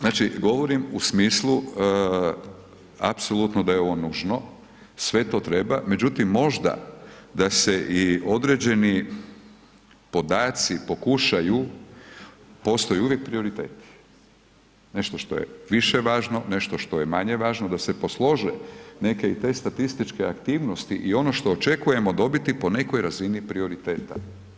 Znači govorim u smislu apsolutno da je ovo nužno, sve to treba međutim, možda da se i određeni podaci pokušaju, postoji uvijek prioriteti, nešto što je više važno, nešto što je manje važno, da se poslože neke i te statističke aktivnosti i ono što očekujemo dobiti po nekoj razini prioriteta.